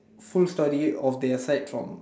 full study of their fight drum